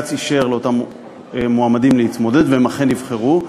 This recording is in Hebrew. שבג"ץ אישר לאותם מועמדים להתמודד, והם אכן נבחרו,